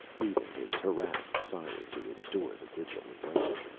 leaving his harrassed sire to endure the vigil alone.